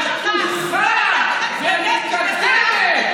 הפתוחה והמתקדמת.